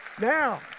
now